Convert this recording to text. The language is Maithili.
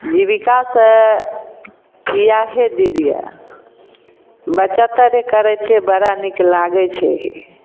जीबिकासँ किआ हे दीदीआ बचते करिते बड़ा नीक लागैत छै हे